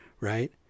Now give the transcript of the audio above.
right